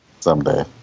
Someday